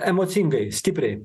emocingai stipriai